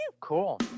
cool